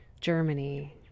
Germany